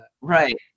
Right